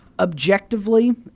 Objectively